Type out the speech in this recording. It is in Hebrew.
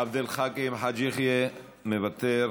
עבד אל חכים חאג' יחיא, מוותר,